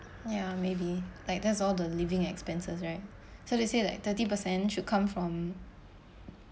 ya maybe like there's all the living expenses right so let's say like thirty percent should come from